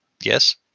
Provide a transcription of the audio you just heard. Yes